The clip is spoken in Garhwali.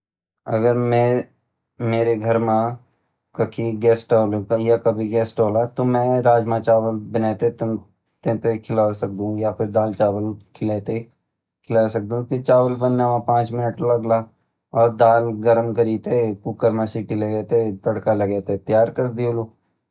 रात का खाणा मा अगर मेरा घर मा अचानक से पांच मेहमान ओला। और मेरा पास आधा घंटा खाणु तैयार करना का वास्ता च। त मैं ऊंका वास्ता दाल, चावल, पास्ता, सलाद, नूडल्स और पुलाव तैयार कर सकदु।